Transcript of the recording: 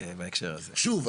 שוב,